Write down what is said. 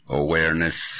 awareness